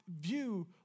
view